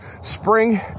spring